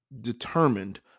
determined